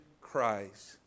Christ